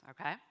okay